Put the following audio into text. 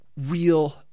real